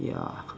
ya